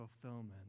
fulfillment